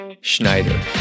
Schneider